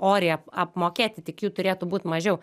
oriai ap apmokėti tik jų turėtų būt mažiau